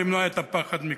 ולמנוע את הפחד מקרוב.